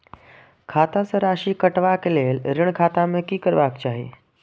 खाता स राशि कटवा कै लेल ऋण खाता में की करवा चाही?